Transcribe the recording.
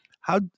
how-